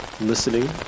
listening